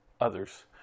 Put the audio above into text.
others